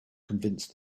convince